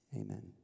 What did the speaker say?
Amen